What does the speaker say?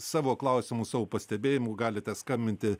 savo klausimų savo pastebėjimų galite skambinti